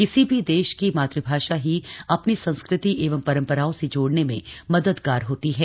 किसी भी देश की मातुभाषा ही अपनी संस्कृति एवं परम्पराओं से जोड़ने में मददगार होती है